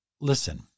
listen